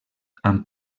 amb